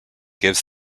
gives